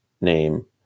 name